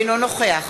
אינו נוכח